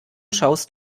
schaust